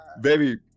baby